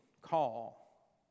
call